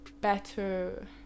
better